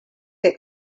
que